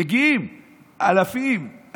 מגיעים אלפים,